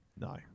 No